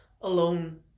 alone